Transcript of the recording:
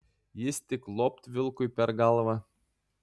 jis tik luopt vilkui per galvą